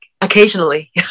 occasionally